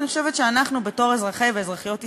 אני חושבת שאנחנו, בתור אזרחי ואזרחיות ישראל,